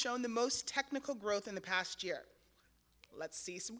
shown the most technical growth in the past year let's see some